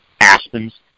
aspens